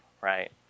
Right